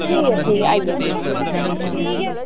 ठीक ऐ ठीक ऐ आई जाह्गी